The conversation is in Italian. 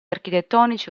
architettonici